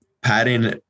padding